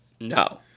no